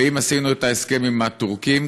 ואם עשינו את ההסכם עם הטורקים,